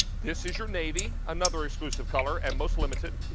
this is your navy, another exclusive color and most limited.